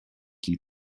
qu’il